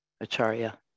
Acharya